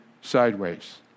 sideways